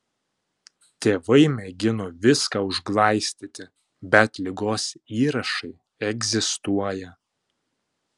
tėvai mėgino viską užglaistyti bet ligos įrašai egzistuoja